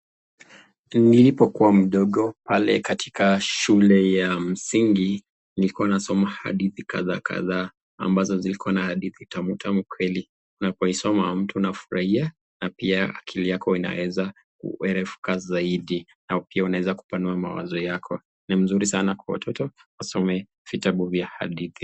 Nilipokuwa mdogo pale katika shule ya msingi nilikuwa nasoma hadithi kadhaa kadhaa ambazo zilikuwa na hadithi tamu tamu kweli. Unapoisoma mtu amafurahia na pia akili yako inaweza kuerevuka zaidi na pia unaweza kupanua mawazo yako, ni mzuri sana kwa watoto wasome vitabu vya hadithi.